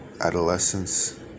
adolescence